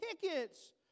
tickets